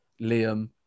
Liam